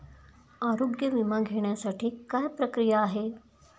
आरोग्य विमा घेण्यासाठी काय प्रक्रिया आहे?